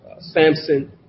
Samson